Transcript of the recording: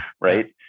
right